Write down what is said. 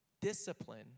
discipline